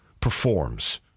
performs